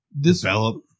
develop